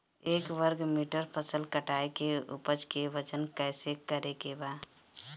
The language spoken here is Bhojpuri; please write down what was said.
एक वर्ग मीटर फसल कटाई के उपज के वजन कैसे करे के बा?